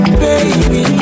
baby